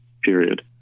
period